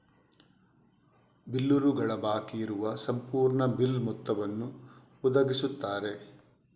ಬಿಲ್ಲರುಗಳು ಬಾಕಿ ಇರುವ ಸಂಪೂರ್ಣ ಬಿಲ್ ಮೊತ್ತವನ್ನು ಒದಗಿಸುತ್ತಾರೆ